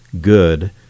good